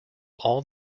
all